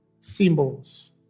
symbols